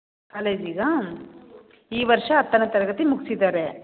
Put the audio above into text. ಕಾಲೇಜಿಗಾ ಈ ವರ್ಷ ಹತ್ತನೇ ತರಗತಿ ಮುಗಿಸಿದ್ದಾರೆ